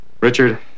Richard